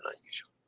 unusual